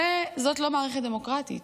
זאת לא מערכת דמוקרטית,